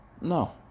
No